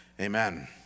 Amen